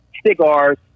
Cigars